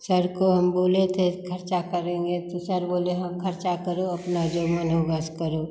sir को हम बोले थे ख़र्च करेंगे तो सर बोले हाँ ख़र्चा करो अपना जो मन होगा अस करो